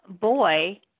boy